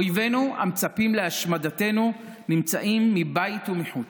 אויבינו המצפים להשמדתנו נמצאים מבית ומחוץ.